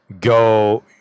go